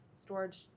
storage